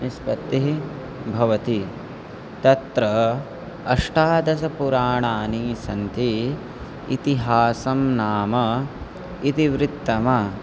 निष्पत्तिः भवति तत्र अष्टादशपुराणानि सन्ति इतिहासं नाम इतिवृत्तं